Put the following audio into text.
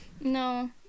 No